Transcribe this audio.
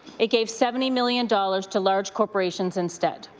it gave seventy million dollars to large corporations instead.